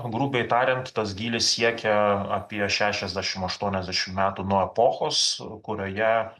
grubiai tariant tas gylis siekia apie šešiasdešim aštuoniasdešim metų nuo epochos kurioje